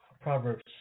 Proverbs